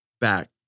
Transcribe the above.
back